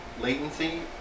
latency